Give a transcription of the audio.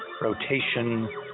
rotation